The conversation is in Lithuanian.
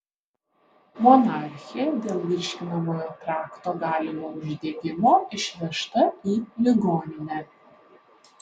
monarchė dėl virškinamojo trakto galimo uždegimo išvežta į ligoninę